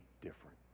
different